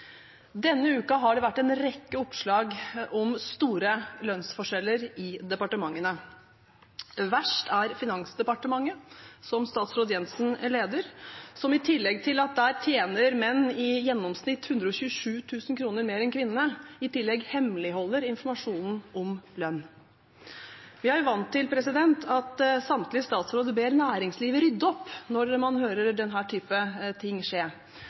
Denne uken har det vært en rekke oppslag om store lønnsforskjeller i departementene. Verst er Finansdepartementet, som statsråd Jensen leder, som, i tillegg til at menn der tjener i gjennomsnitt 127 000 kr mer enn kvinnene, hemmeligholder informasjon om lønn. Vi er vant til at samtlige statsråder ber næringslivet rydde opp når man hører denne type ting skje.